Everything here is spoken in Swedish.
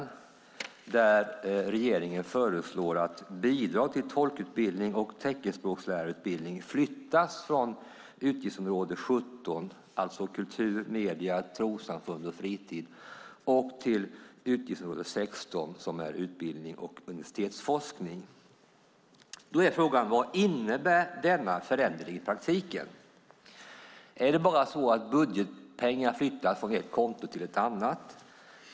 I den föreslår regeringen att anslaget Bidrag till tolkutbildning och teckenspråkslärarutbildning flyttas från utgiftsområde 17, Kultur, medier, trossamfund och fritid, till utgiftsområde 16, Utbildning och universitetsforskning. Vad innebär denna förändring i praktiken? Flyttas budgetpengar från ett konto till ett annat?